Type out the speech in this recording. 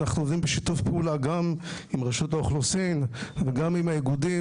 אנחנו עובדים בשיתוף פעולה גם עם רשות האוכלוסין וגם עם האיגודים.